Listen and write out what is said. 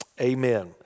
amen